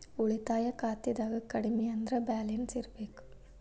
ಉಳಿತಾಯ ಖಾತೆದಾಗ ಕಡಮಿ ಅಂದ್ರ ಬ್ಯಾಲೆನ್ಸ್ ಇರ್ಬೆಕ್